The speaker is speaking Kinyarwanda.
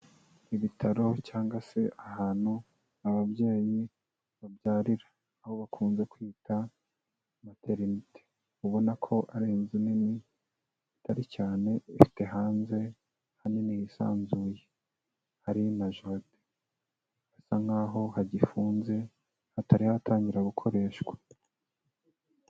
Abitaro cyangwa se ahantu ababyeyi babyarira. Aho bakunze kwita materineti. Ubona ko ari inzu nini itari nini cyane, ifite hanze hanini hisanzuye hari na jaride. Hasa nkaho hagifunze hataratangira gukoreshwa.